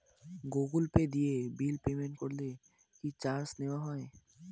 Google Pay দিয়ে bill payment করলে কি চার্জ নেওয়া হয়?